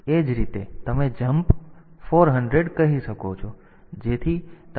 એ જ રીતે તમે જમ્પ 400 કહી શકો છો જેથી તમે અમલમાં સ્થાન 600 પર પાછા જાઓ